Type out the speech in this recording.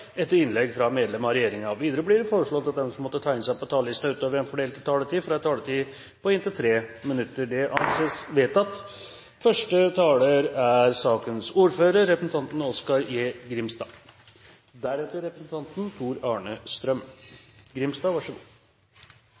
etter innlegg fra medlem av regjeringen innenfor den fordelte taletid. Videre blir det foreslått at de som måtte tegne seg på talerlisten utover den fordelte taletid, får en taletid på inntil 3 minutter. – Det anses vedtatt. Dette er